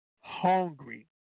hungry